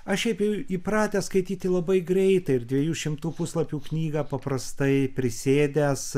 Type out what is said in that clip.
aš šiaip jau įpratę skaityti labai greitai ir dviejų šimtų puslapių knygą paprastai prisėdęs